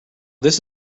this